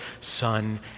Son